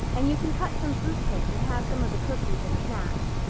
and you can cut some fruit cake and have some of the cookies and snaps.